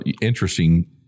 interesting